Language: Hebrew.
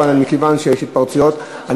זה הכול.